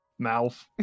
Mouth